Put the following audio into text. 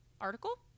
article